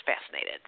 fascinated